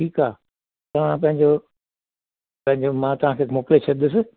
ठीकु आहे तव्हां पंहिंजो पंहिंजो मां तव्हांखे मोकिले छॾंदुसि